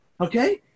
Okay